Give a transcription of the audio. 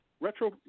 retro